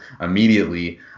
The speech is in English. immediately